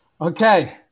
Okay